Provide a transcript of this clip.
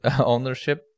ownership